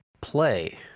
play